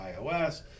ios